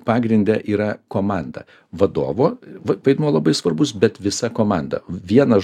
pagrinde yra komanda vadovo vaidmuo labai svarbus bet visa komanda vienas